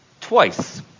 twice